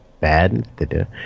bad